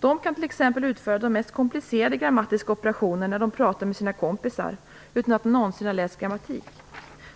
De kan t.ex. utföra de mest komplicerade grammatiska operationer när de pratar med sina kompisar utan att någonsin ha läst grammatik.